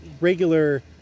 regular